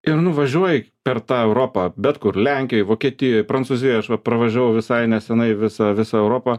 ir nuvažiuoji per tą europą bet kur lenkijoj vokietijoj prancūzijoj aš va pravažiavau visai nesenai visą visą europą